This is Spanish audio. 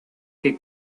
que